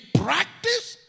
practice